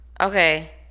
Okay